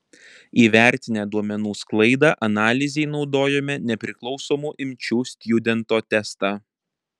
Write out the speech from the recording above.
įvertinę duomenų sklaidą analizei naudojome nepriklausomų imčių stjudento testą